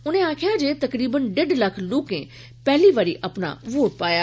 उनें दस्सेया जे तकरीबन डेढ़ लक्ख लोकें पैहली बारी अपना वोट पाया